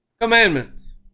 Commandments